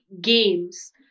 games